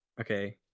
okay